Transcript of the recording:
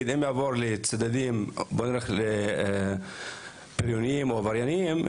אם יעבור לצדדים פליליים או עבריינים,